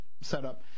setup